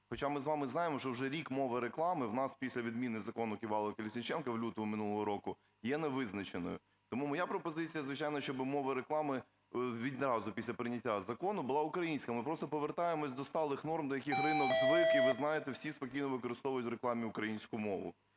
хоча ми з вами знаємо, що вже рік мови реклами у нас, після відміни "Закону Ківалова-Колесніченка" в лютому минулого року, є не визначеною. Тому моя пропозиція, звичайно, щоб мова реклами відразу після прийняття закону була українська, ми просто повертаємося до сталих норм, до яких ринок звик і, ви знаєте, всі спокійно використовують в рекламі українську мову.